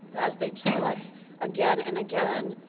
as they tell us again and again,